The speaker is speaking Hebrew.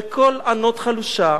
בקול ענות חלושה,